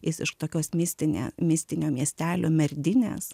jis iš tokios mistinė mistinio miestelio merdinės